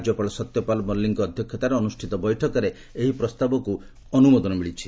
ରାଜ୍ୟପାଳ ସତ୍ୟପାଲ ମଲିକ୍ଙ୍କ ଅଧ୍ୟକ୍ଷତାରେ ଅନୁଷ୍ଠିତ ବୈଠକରେ ଏହି ପ୍ରସ୍ତାବକୁ ଅନୁମୋଦନ କରାଯାଇଛି